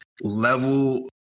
level